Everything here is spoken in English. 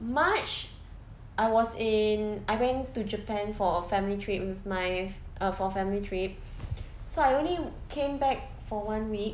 march I was in I went to japan for a family trip with my uh for family trip so I only came back for one week